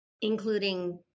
including